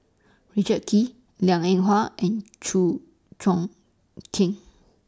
Richard Kee Liang Eng Hwa and Chew Choo Keng